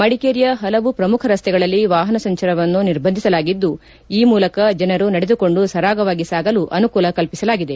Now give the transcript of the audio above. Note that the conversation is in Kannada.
ಮದಿಕೇರಿಯ ಹಲವು ಪ್ರಮುಖ ರಸ್ತೆಗಳಲ್ಲಿ ವಾಹನ ಸಂಚಾರವನ್ನು ನಿರ್ಬಂಧಿಸಲಾಗಿದ್ದು ಈ ಮೂಲಕ ಜನರು ನಡೆದುಕೊಂಡು ಸರಾಗವಾಗಿ ಸಾಗಲು ಅನುಕೂಲ ಕಲ್ಪಿಸಲಾಗಿದೆ